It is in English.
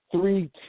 three